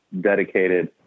dedicated